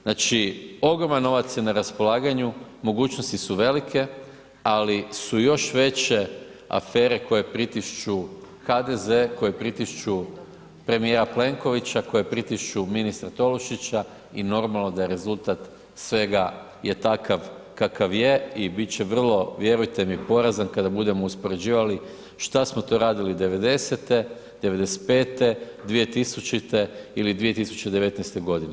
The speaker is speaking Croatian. Znači, ogroman novac je na raspolaganju, mogućnosti su velike ali su još veće afere koje pritišću HDZ, koje pritišću premijera Plenkovića, koje pritišću ministra Tolušića i normalno da je rezultat svega je takav kakav je i bit će vrlo vjerujte mi porazan kada budemo uspoređivali šta smo to radili '90., '95., 2000. ili 2019. godine.